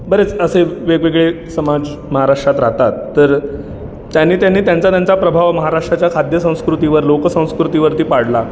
बरेच असे वेगवेगळे समाज महाराष्ट्रात राहतात तर त्यानी त्यानी त्यांचा त्यांचा प्रभाव महाराष्ट्राच्या खाद्य संस्कृतीवर लोकसंस्कृतीवरती पाडला